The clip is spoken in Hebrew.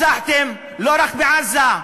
רצחתם, לא רק בעזה.